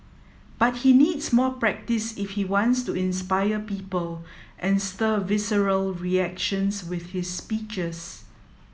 but he needs more practise if he wants to inspire people and stir visceral reactions with his speeches